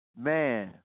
Man